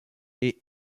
est